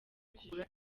kugura